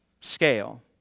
scale